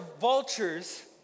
vultures